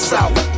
South